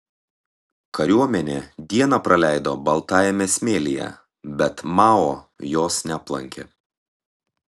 kariuomenė dieną praleido baltajame smėlyje bet mao jos neaplankė